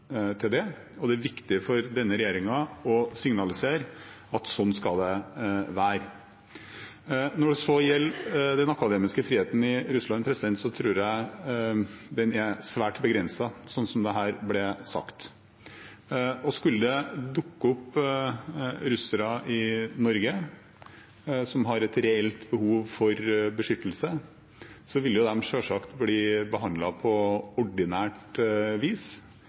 det. Det er viktig for denne regjeringen å signalisere at sånn skal det være. Når det så gjelder den akademiske friheten i Russland, tror jeg den er svært begrenset, sånn som det her ble sagt. Skulle det dukke opp russere i Norge som har et reelt behov for beskyttelse, vil de selvsagt bli behandlet på ordinært vis